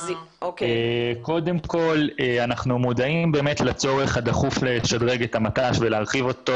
אנחנו מודעים באמת לצורך הדחוף לשדרג את המט"ש ולהרחיב אותו,